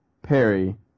Perry